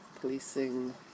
policing